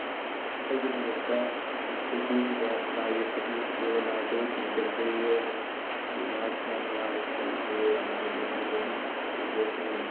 ꯑꯩꯒꯤ ꯊꯕꯛꯇ ꯏꯊꯤꯜ ꯄꯤꯈꯤꯕ ꯂꯥꯏ ꯌꯦꯛꯄꯗꯤ ꯂꯤꯌꯣꯅꯥꯔꯗꯣ ꯗꯤ ꯀꯦꯄ꯭ꯔꯦꯔꯤꯌꯣꯅꯤ ꯍꯥꯏꯗꯤ ꯃꯍꯥꯛꯅ ꯃꯣꯅꯥꯂꯤꯁꯥ ꯌꯦꯛꯈꯤꯕꯗꯣ ꯌꯥꯝꯅ ꯐꯖꯩ ꯃꯗꯨꯗꯒꯤ ꯏꯊꯤꯜ ꯄꯤꯔꯛꯈꯤꯕꯅꯤ